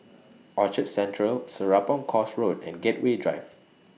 Orchard Central Serapong Course Road and Gateway Drive